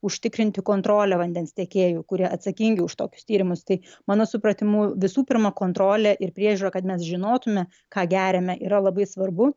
užtikrinti kontrolę vandens tiekėjų kurie atsakingi už tokius tyrimus tai mano supratimu visų pirma kontrolė ir priežiūra kad mes žinotume ką geriame yra labai svarbu